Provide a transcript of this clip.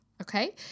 Okay